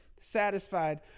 satisfied